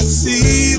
see